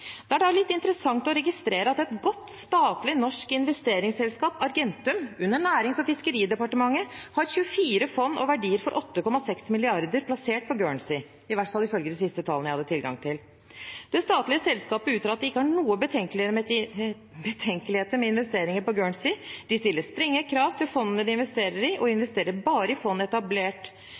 om barnehager. Da er det litt interessant å registrere at et godt, statlig norsk investeringsselskap, Argentum under Nærings- og fiskeridepartementet, har 24 fond og verdier for 8,6 mrd. kr plassert på Guernsey – i hvert fall ifølge de siste tallene jeg hadde tilgang til. Det statlige selskapet uttaler at de ikke har noen betenkeligheter med investeringer på Guernsey. De stiller strenge krav til fondene de investerer i, og investerer bare i fond etablert